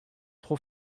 trop